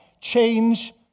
change